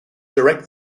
direct